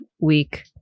week